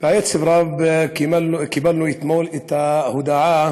בעצב רב קיבלנו אתמול את ההודעה